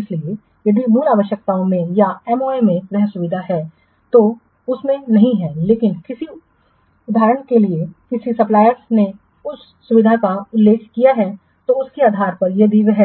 इसलिए यदि मूल आवश्यकता में या MoA में वह सुविधा है जो उसमें नहीं है लेकिन किसी उद्धरण में किसी सप्लायर्सने उस सुविधा का उल्लेख किया है और उसके आधार पर यदि वह